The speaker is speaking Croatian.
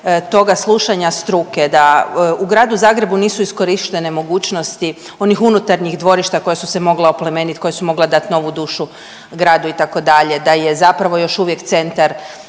toga slušanja struke, da u gradu Zagrebu nisu iskorištene mogućnosti onih unutarnjih dvorišta koja se mogla oplemenit koja su mogla dat novu dušu gradu itd., da je zapravo još uvijek centar